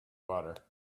water